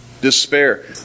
Despair